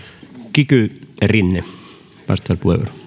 kiky rinne